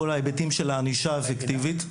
כל ההיבטים של הענישה הפיקטיבית.